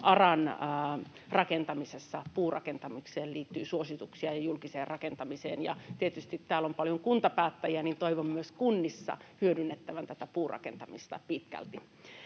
rakentamisessa puurakentamiseen liittyy suosituksia. Tietysti kun täällä on paljon kuntapäättäjiä, niin toivon myös kunnissa hyödynnettävän puurakentamista pitkälti.